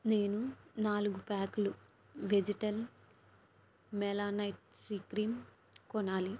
నేను నాలుగు ప్యాకులు వెజిటల్ మెలనైట్ సి క్రీం కొనాలి